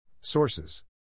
Sources (